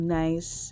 nice